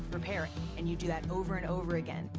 repair and you do that over and over again.